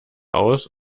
aus